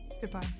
Goodbye